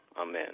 Amen